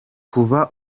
kuva